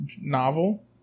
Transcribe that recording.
novel